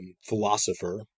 philosopher